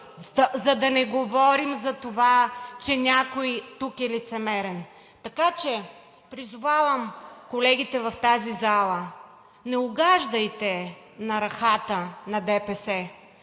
за да не говорим за това, че някой тук е лицемерен. Така че призовавам колегите в тази зала – не угаждайте на рахата на ДПС,